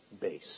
base